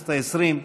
בכנסת העשרים,